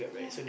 yeah